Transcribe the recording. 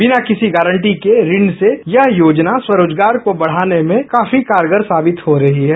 बिना किसी गारंटी के ऋण से यह योजना स्वरोजगार को बढाने में काफी कारगर साबित हो रही है